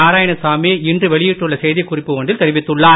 நாராயணசாமி இன்று வெளியிட்டுள்ள செய்தி குறிப்பு ஒன்றில் தெரிவித்துள்ளார்